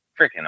freaking